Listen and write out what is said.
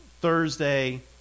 Thursday